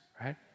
right